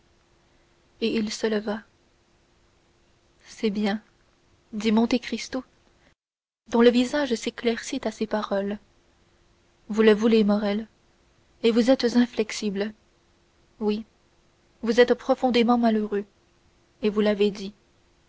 et il se leva c'est bien dit monte cristo dont le visage s'éclaircit à ces paroles vous le voulez morrel et vous êtes inflexible oui vous êtes profondément malheureux et vous l'avez dit